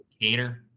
cater